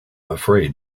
afraid